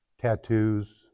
tattoos